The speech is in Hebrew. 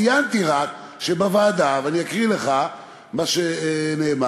ציינתי רק שבוועדה, ואני אקריא לך מה שנאמר: